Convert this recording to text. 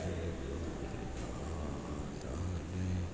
એ ગુરુના તને